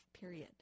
period